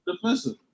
Defensive